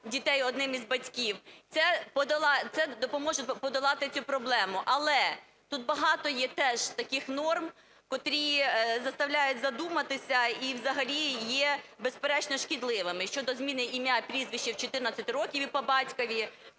дітей одним із батьків. Це допоможе подолати цю проблему. Але тут багато є теж таких норм, котрі заставляють задуматись і взагалі є безперечно шкідливими: щодо змінення ім'я і прізвища в 14 років, і по батькові,